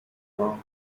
now